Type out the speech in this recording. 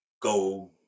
go